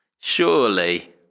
surely